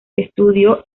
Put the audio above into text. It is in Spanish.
estudió